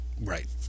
Right